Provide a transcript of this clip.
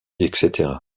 etc